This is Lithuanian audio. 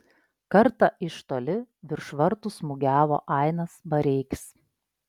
kartą iš toli virš vartų smūgiavo ainas bareikis